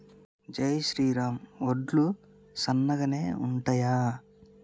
జై శ్రీరామ్ వడ్లు సన్నగనె ఉంటయా?